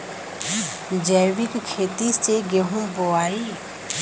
जैविक खेती से गेहूँ बोवाई